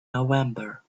november